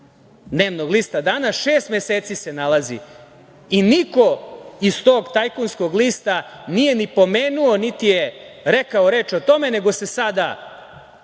dnevnog lista „Danas“. Šest meseci se nalazi i niko iz tog tajkunskog lista nije ni pomenuo, niti je rekao reč o tome, nego se sada